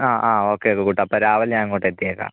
അ ആ ഓക്കേ അത് കൂട്ടാം അപ്പം രാവിലെ ഞാൻ അങ്ങോട്ടെത്തിയേക്കാം